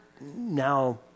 now